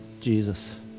Jesus